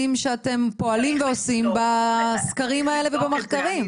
שאתם פועלים ועושים בסקרים האלה ובמחקרים.